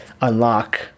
unlock